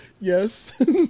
Yes